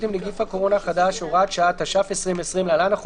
עם נגיף הקורונה החדש (הוראת שעה),התש"ף 2020‏ (להלן,